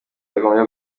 batagombye